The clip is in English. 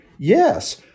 Yes